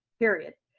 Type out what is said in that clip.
period.